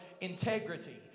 integrity